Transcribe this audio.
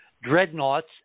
dreadnoughts